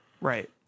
Right